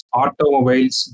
automobiles